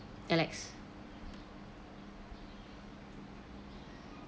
alex